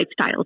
lifestyles